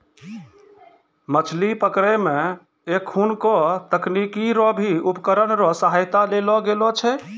मछली पकड़ै मे एखुनको तकनीकी रो भी उपकरण रो सहायता लेलो गेलो छै